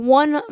one